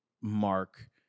mark